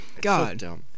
god